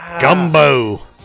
Gumbo